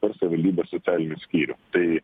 per savivaldybės socialinį skyrių tai